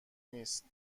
نیست